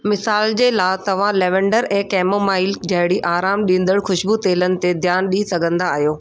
मिसाल जे लाइ तव्हां लैवेंडर ऐं कैमोमाइल जहिड़ी आरामु ॾींदड़ खु़शबू तेलनि ते ध्यानु ॾेई सघंदा आहियो